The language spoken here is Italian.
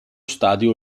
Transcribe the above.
stadio